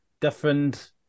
different